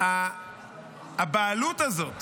הבעלות הזאת